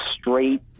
straight